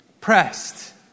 pressed